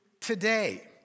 today